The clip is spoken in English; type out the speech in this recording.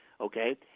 okay